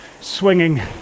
swinging